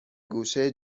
گوشه